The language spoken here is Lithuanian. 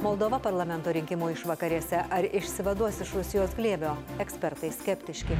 moldova parlamento rinkimų išvakarėse ar išsivaduos iš rusijos glėbio ekspertai skeptiški